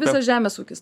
visas žemės ūkis